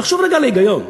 תחשוב רגע על ההיגיון.